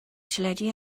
teledu